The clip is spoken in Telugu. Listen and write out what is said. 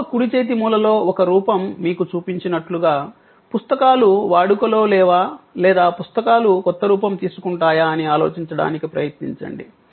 దిగువ కుడి చేతి మూలలో ఒక రూపం మీకు చూపించినట్లుగా పుస్తకాలు వాడుకలో లేవా లేదా పుస్తకాలు కొత్త రూపం తీసుకుంటాయా అని ఆలోచించడానికి ప్రయత్నించండి